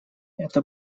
это